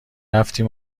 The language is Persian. رفتیم